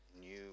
new